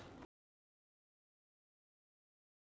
हाइड्रोपोनिक्सना वापर करिसन राजू टमाटरनं पीक लेस